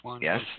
Yes